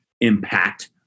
impact